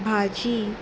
भाजी